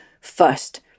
first